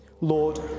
Lord